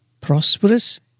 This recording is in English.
prosperous